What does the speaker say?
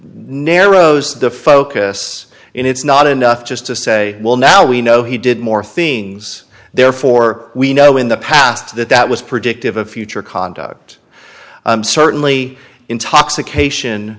narrows the focus and it's not enough just to say well now we know he did more things therefore we know in the past that that was predictive of future conduct certainly intoxication